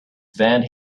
then